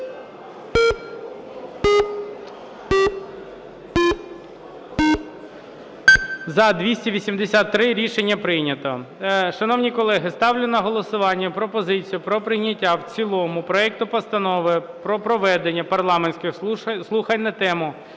За-283 Рішення прийнято. Шановні колеги, ставлю на голосування пропозицію про прийняття в цілому проекту Постанови про проведення парламентських слухань на тему: